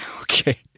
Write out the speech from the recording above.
Okay